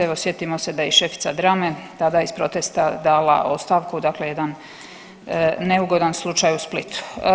Evo sjetimo se da je i šefica drame tada iz protesta dala ostavku, dakle jedan neugodan slučaj u Splitu.